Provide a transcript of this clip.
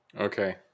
Okay